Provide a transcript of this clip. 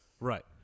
Right